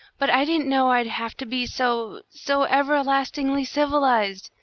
but i didn't know i'd have to be so so everlastingly civilised!